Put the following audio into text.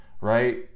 right